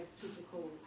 physical